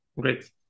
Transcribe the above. Great